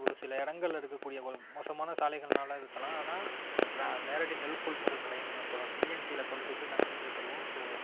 ஒரு சில இடங்கள்ல இருக்கக்கூடிய ஒரு மோசமான சாலைகள்னால் இருக்கலாம் ஆனால் க நேரடிநெல் கொள்முதல் நிலையம் அப்புறம் டிஎன்சில கொண்டுட்டு போய் நாங்கள் சேர்த்துருவோம் ஸோ